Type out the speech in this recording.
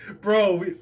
Bro